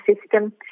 system